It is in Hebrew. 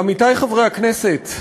עמיתי חברי הכנסת,